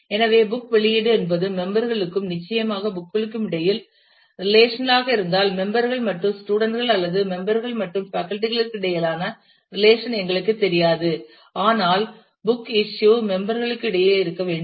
எனவே புக் வெளியீடு என்பது மெம்பர் ளுக்கும் நிச்சயமாக புக் களுக்கும் இடையிலான ரிலேஷன் ஆக இருந்தால் மெம்பர் கள் மற்றும் ஸ்டூடண்ட் கள் அல்லது மெம்பர் கள் மற்றும் பேக்கல்டி களுக்கிடையிலான ரெலேஷன் எங்களுக்குத் தெரியாது ஆனால் புக் இஸ்யூ மெம்பர் களுக்கிடையில் இருக்க வேண்டும்